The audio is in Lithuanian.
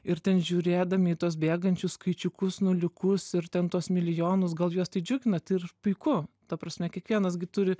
ir ten žiūrėdami į tuos bėgančius skaičiukus nuliukus ir ten tuos milijonus gal juos tai džiugina tai ir puiku ta prasme kiekvienas gi turi